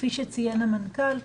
כפי שציין המנכ"ל.